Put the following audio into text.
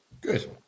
Good